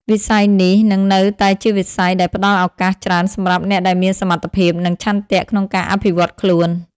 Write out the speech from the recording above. វិស័យនេះនឹងនៅតែជាវិស័យដែលផ្តល់ឱកាសច្រើនសម្រាប់អ្នកដែលមានសមត្ថភាព និងឆន្ទៈក្នុងការអភិវឌ្ឍខ្លួន។